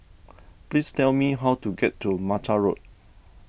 please tell me how to get to Mata Road